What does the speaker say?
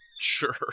Sure